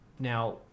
Now